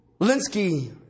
Linsky